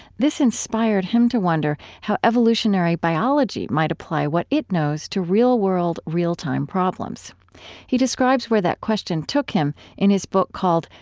this inspired him to wonder how evolutionary biology might apply what it knows to real world, real-time problems he describes where that question took him in his book called,